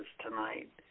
tonight